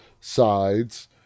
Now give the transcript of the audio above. sides